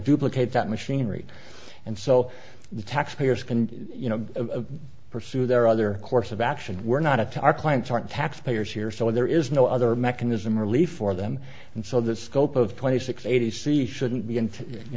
duplicate that machinery and so the taxpayers can you know a pursue their other course of action we're not of to our clients aren't taxpayers here so there is no other mechanism relief for them and so the scope of twenty six eighty c shouldn't be